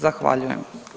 Zahvaljujem.